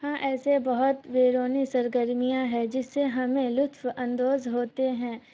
ہاں ایسے بہت بیرونی سرگرمیاں ہیں جس سے ہمیں لطف اندوز ہوتے ہیں